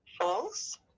False